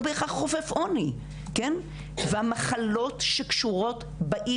זה לא בהכרח חופף עוני והמחלות שקשורות באי